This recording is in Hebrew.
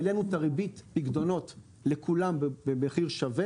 העלינו את ריבית הפיקדונות לכולם במחיר שווה.